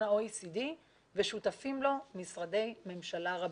ה-OECD ושותפים לו משרדי ממשלה רבים.